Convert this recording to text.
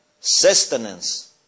sustenance